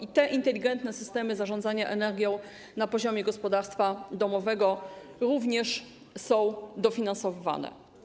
I te inteligentne systemy zarządzania energią na poziomie gospodarstwa domowego również są dofinansowywane.